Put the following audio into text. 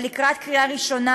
ולקראת קריאה ראשונה,